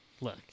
Look